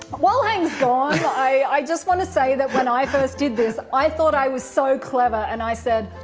while hank's gone, i just want to say that when i first did this, i thought i was so clever and i said,